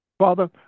Father